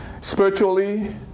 spiritually